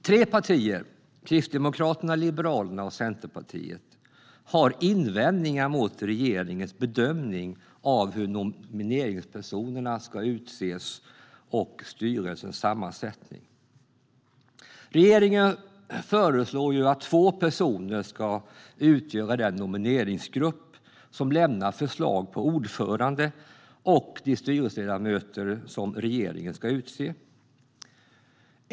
Tre partier - Kristdemokraterna, Liberalerna och Centerpartiet - har invändningar mot regeringens bedömning av hur nomineringspersonerna ska utses och styrelsens sammansättning. Regeringen föreslår att två personer ska utgöra den nomineringsgrupp som lämnar förslag på ordförande och de styrelseledamöter som regeringen ska utse.